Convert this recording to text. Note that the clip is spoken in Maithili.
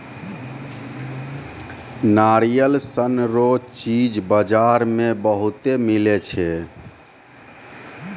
नारियल सन रो चीज बजार मे बहुते मिलै छै